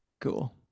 cool